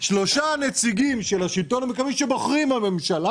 שלושה נציגים של השלטון המקומי שבוחרים בממשלה